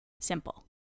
Simple